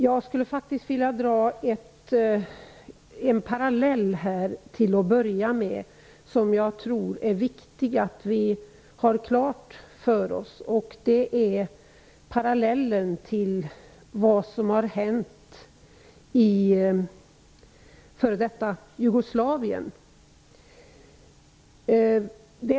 Jag skulle faktiskt till att börja med vilja dra en parallell om något som jag tror att det är viktigt att vi har klart för oss. Det gäller en parallell till vad som har hänt i f.d. Jugoslavien.